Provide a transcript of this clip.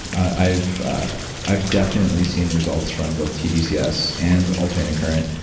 i've i've definitely seen results from both tdcs and alternating current.